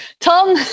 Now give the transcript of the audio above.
Tom